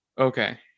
Okay